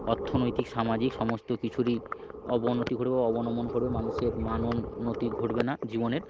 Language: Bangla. অর্থনৈতিক সামাজিক সমস্ত কিছুরই অবনতি ঘটবে অবনমন ঘটবে মানুষের মানোন্নতি ঘটবে না জীবনের